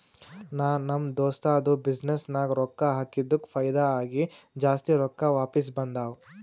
ನಾ ನಮ್ ದೋಸ್ತದು ಬಿಸಿನ್ನೆಸ್ ನಾಗ್ ರೊಕ್ಕಾ ಹಾಕಿದ್ದುಕ್ ಫೈದಾ ಆಗಿ ಜಾಸ್ತಿ ರೊಕ್ಕಾ ವಾಪಿಸ್ ಬಂದಾವ್